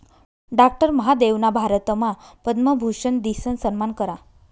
doctor महादेवना भारतमा पद्मभूषन दिसन सम्मान करा